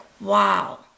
wow